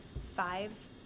five